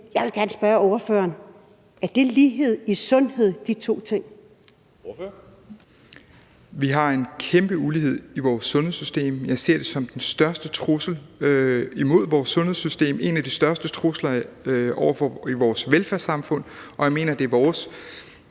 Dam Kristensen): Ordføreren. Kl. 10:21 Rasmus Horn Langhoff (S): Vi har en kæmpe ulighed i vores sundhedssystem, og jeg ser det som den største trussel imod vores sundhedssystem, en af de største trusler over for vores velfærdssamfund, og jeg mener, det er vores